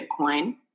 Bitcoin